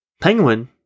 Penguin